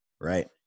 right